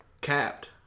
capped